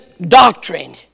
doctrine